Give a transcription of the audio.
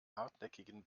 hartnäckigen